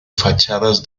fachadas